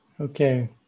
Okay